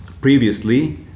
previously